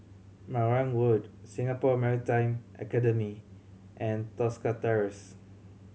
Marang Road Singapore Maritime Academy and Tosca Terrace